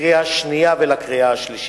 לקריאה שנייה ולקריאה שלישית.